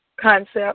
concept